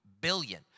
billion